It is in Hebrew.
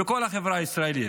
בכל החברה הישראלית,